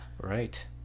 Right